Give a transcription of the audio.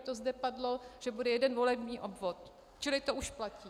To zde padlo, že bude jeden volební obvod, čili to už platí.